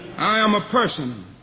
i am a person.